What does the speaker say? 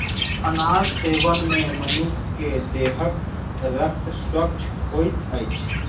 अनार सेवन मे मनुख के देहक रक्त स्वच्छ होइत अछि